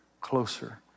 closer